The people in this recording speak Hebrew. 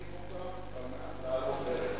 אמרו לי שמחזיקים אותן על מנת להעלות ערך,